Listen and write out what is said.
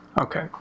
Okay